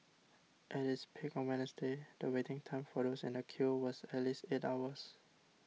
at its peak on Wednesday the waiting time for those in the queue was at least eight hours